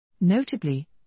Notably